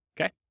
Okay